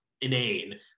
inane